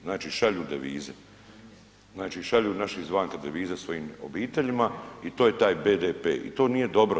Znači šalju devize, znači šalju naši iz vanka devize svojim obiteljima i to je taj BDP i to nije dobro, 2/